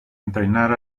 entrenar